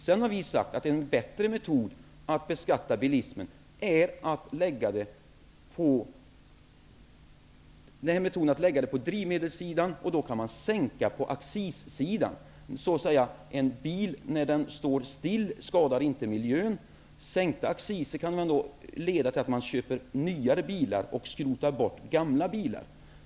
Vi har sagt att en bättre metod att beskatta bilismen är att lägga skatten på drivmedelssidan. Då kan man sänka på accissidan. En bil skadar inte miljön när den står stilla. Sänkta acciser kan leda till att man köper nyare bilar och skrotar bort gamla bilar.